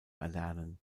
erlernen